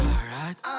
Alright